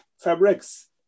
fabrics